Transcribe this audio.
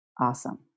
Awesome